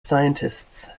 scientists